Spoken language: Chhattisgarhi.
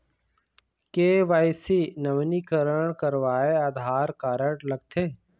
के.वाई.सी नवीनीकरण करवाये आधार कारड लगथे?